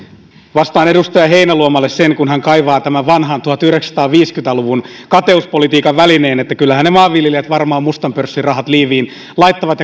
vastaan edustaja heinäluomalle sen kun hän kaivaa tämän vanhan tuhatyhdeksänsataaviisikymmentä luvun kateuspolitiikan välineen että kyllähän ne maanviljelijät varmaan mustan pörssin rahat liiviin laittavat